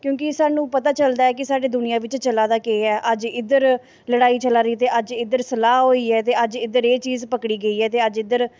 क्योंकि सानूं पता चलदा ऐ कि साढ़े दुनियां बिच्च चला दा केह् ऐ अज्ज इद्धर लड़ाई चलादी ते अज्ज इद्धर सलाह् होई ऐ ते अज्ज इद्धर एह् चीज पकड़ी गेई ऐ ते अज्ज इद्धर